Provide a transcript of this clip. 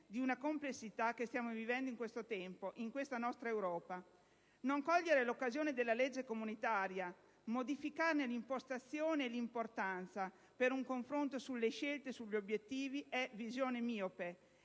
di una complessità che stiamo vivendo in questo tempo, in questa nostra Europa. Non cogliere l'occasione della legge comunitaria, modificarne l'impostazione e l'importanza per un confronto sulle scelte e sugli obiettivi, è visione miope;